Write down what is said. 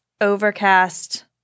overcast